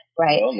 right